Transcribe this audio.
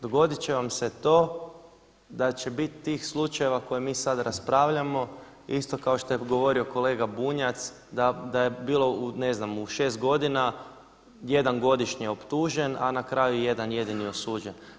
Dogodit će vam se to da će biti tih slučajeva koje mi sada raspravljamo isto kao što je govorio kolega Bunjac da je bilo ne znam u šest godina jedan godišnje optužen, a na kraju jedan jedini osuđen.